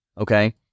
Okay